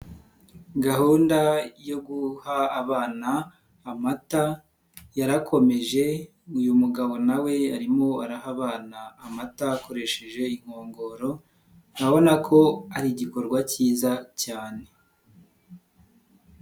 Gahunda yo guha abana amata yarakomeje, uyu mugabo nawe arimo araha abana amata akoresheje inkongoro, urabona ko ari igikorwa cyiza cyane.